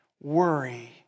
worry